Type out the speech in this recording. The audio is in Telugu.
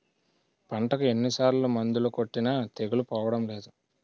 పంటకు ఎన్ని సార్లు మందులు కొట్టినా తెగులు పోవడం లేదు